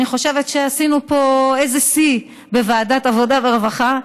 אני חושבת שעשינו פה איזה שיא בוועדת העבודה והרווחה,